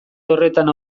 horretan